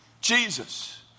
Jesus